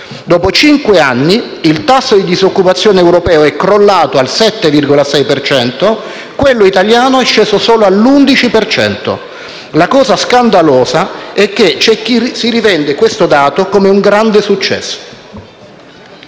dopo cinque anni, il tasso di disoccupazione europeo è crollato al 7,6 per cento, mentre quello italiano è sceso solo all'11 per cento; la cosa scandalosa è che c'è chi si rivende questo dato come un grande successo.